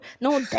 no